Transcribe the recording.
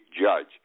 Judge